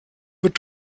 wird